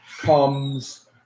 comes